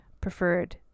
preferred